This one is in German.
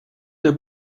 der